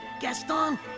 Gaston